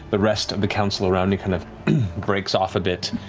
the rest of the council around you kind of breaks off a bit.